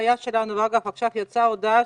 עכשיו יצאה הודעה,